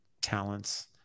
talents